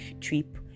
trip